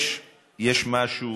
יש משהו